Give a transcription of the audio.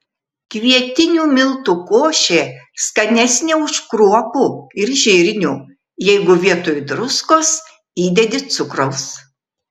kvietinių miltų košė skanesnė už kruopų ir žirnių jeigu vietoj druskos įdedi cukraus